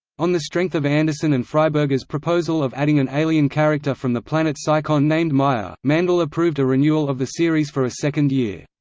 on the strength of anderson and freiberger's proposal of adding an alien character from the planet psychon named maya, mandell approved a renewal of the series for a second year.